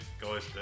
guys